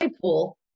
pool